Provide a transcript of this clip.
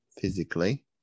physically